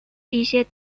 一些